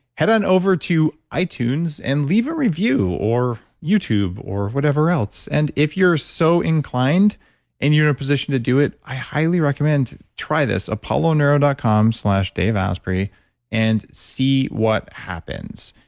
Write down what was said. head on over to itunes and leave a review, or youtube, or whatever else and if you're so inclined and you're in a position to do it, i highly recommend try this apolloneuro dot com slash daveasprey and see what happens.